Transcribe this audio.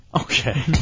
Okay